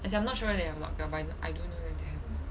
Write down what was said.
as in I'm not sure whether they have lockdown but I do know that they have